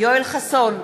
יואל חסון,